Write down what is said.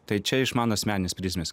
tai čia iš mano asmeninės prizmės